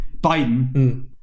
Biden